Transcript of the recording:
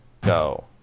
go